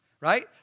right